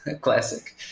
classic